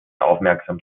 aufmerksam